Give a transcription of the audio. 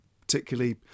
particularly